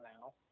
now